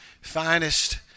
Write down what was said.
finest